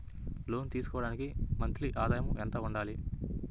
లోను తీసుకోవడానికి మంత్లీ ఆదాయము ఎంత ఉండాలి?